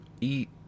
Eat